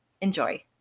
Enjoy